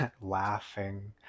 laughing